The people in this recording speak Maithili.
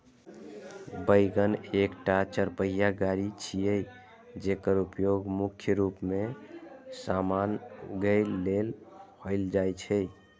वैगन एकटा चरपहिया गाड़ी छियै, जेकर उपयोग मुख्य रूप मे सामान उघै लेल कैल जाइ छै